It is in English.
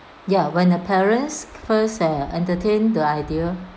ya when the parents first uh entertained the idea